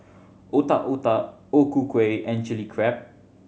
Otak Otak O Ku Kueh and Chili Crab